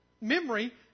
memory